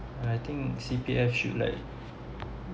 and I think C_P_F should like